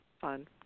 Fun